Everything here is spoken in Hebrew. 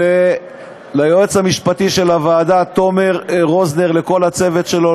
ליועץ המשפטי של הוועדה תומר רוזנר ולכל הצוות שלו,